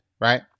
right